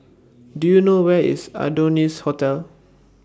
Do YOU know Where IS Adonis Hotel